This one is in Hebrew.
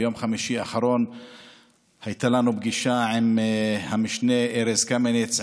ביום חמישי האחרון הייתה לנו פגישה עם המשנה ארז קמיניץ,